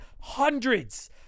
hundreds